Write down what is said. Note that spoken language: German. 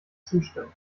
zustimmen